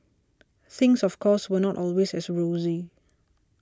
things of course were not always as rosy